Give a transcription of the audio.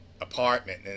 apartment